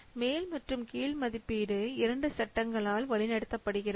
மேல் மற்றும் கீழ் மதிப்பீடு 2 சட்டங்களால் வழி நடத்தப்படுகிறது